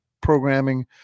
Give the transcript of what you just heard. programming